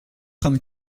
trente